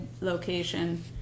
location